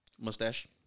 mustache